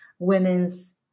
women's